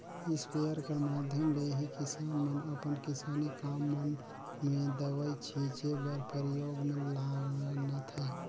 sprayer कर माध्यम ले ही किसान मन अपन किसानी काम मन मे दवई छीचे बर परियोग मे लानथे